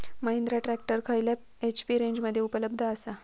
Mahindra tractor खयल्या HP रेंजमध्ये उपलब्ध आसा?